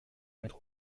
mettre